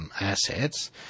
assets